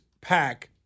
pack